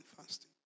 fasting